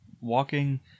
walking